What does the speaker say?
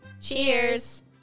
Cheers